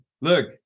look